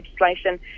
legislation